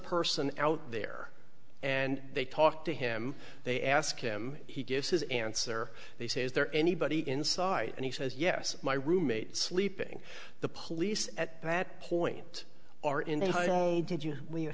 person out there and they talk to him they ask him he gives his answer they say is there anybody inside and he says yes my roommate sleeping the police at that point are in there did you we're